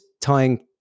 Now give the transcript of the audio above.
tying